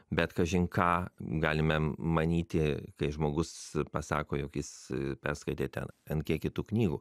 bet kažin ką galime manyti kai žmogus pasako jog jis perskaitė ten n kiekį tų knygų